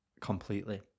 completely